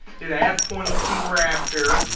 did a f twenty two raptor.